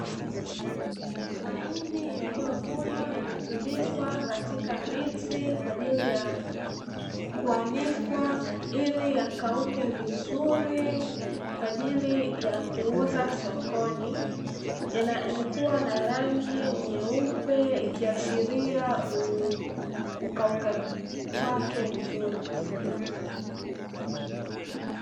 Mahindi yaliyovunwa yametundikwa katika miti kwa ajili ya kuanikwa ili yakauke vizuri kwa ajili ya kuuza sokoni, yamekuwa na rangi nyeupe ikiashiria ukaukaji wake vizuri.